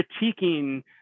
critiquing